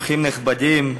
אורחים נכבדים,